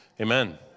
Amen